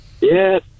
Yes